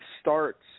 starts